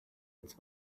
its